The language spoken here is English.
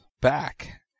back